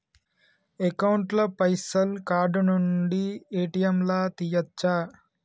Account ల పైసల్ card నుండి ఏ.టి.ఎమ్ లా తియ్యచ్చా?